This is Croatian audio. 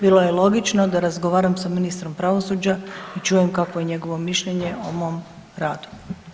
Bilo je logično da razgovaram s Ministrom pravosuđa i čujem kakvo je njegovo mišljenje o mom radu.